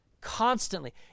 constantly